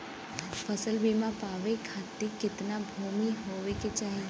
फ़सल बीमा पावे खाती कितना भूमि होवे के चाही?